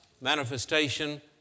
manifestation